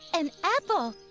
an apple.